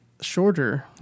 shorter